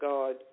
God